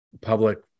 public